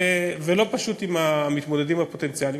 ולא פשוט עם המתמודדים הפוטנציאליים